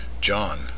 john